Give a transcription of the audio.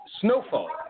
Snowfall